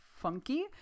funky